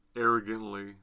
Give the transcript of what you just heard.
arrogantly